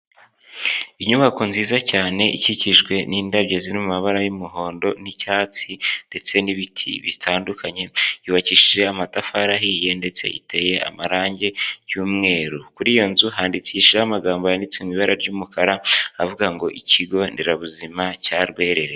Inyubako nziza cyane ikikijwe n'indabyo ziririmo mu mabara y'umuhondo n'icyatsi ndetse n'ibiti bitandukanye, yubakishije amatafari ahiye ndetse iteye amarangi y'mweru, kuri iyo nzu handikishijeho amagambo yanditseho ibara ry'umukara avuga ngo ikigo nderabuzima cya Rwerereye.